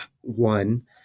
one